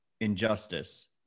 injustice